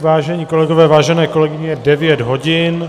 Vážení kolegové, vážené kolegové, je devět hodin.